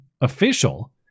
official